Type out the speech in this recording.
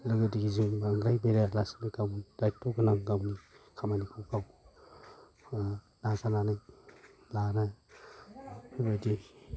लोगोदिगिजों बांद्राय बेरायालासिनो गावनि दात्य गोनां गावनि खामानिखौ गाव नाजानानै लानाय बेबायदि